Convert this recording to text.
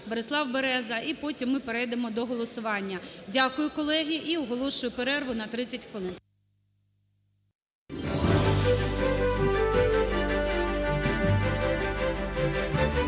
Борислав Береза. І потім ми перейдемо до голосування. Дякую, колеги. І оголошую перерву на 30 хвилин.